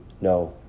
no